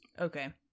Okay